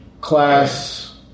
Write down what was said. class